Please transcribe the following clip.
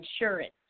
insurance